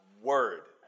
word